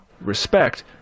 respect